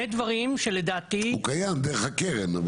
הוא קיים דרך הקרן.